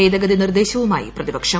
ഭേദഗതി നിർദ്ദേശവുമായി പ്രതിപക്ഷം